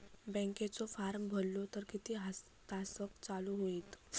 बँकेचो फार्म भरलो तर किती तासाक चालू होईत?